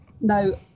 No